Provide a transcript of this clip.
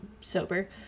sober